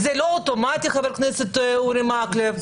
זה לא אוטומטי, חבר הכנסת אורי מקלב.